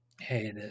Hey